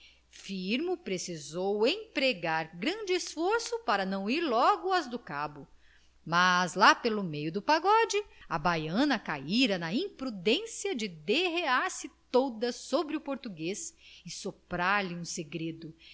firmo precisou empregar grande esforço para não ir logo às do cabo mas lá pelo meio do pagode a baiana caíra na imprudência de derrear se toda sobre o português e soprar lhe um segredo